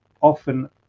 often